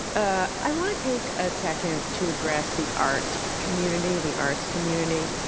i want to take a second to address the art community. the arts community.